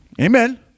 Amen